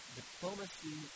diplomacy